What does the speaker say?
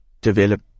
develop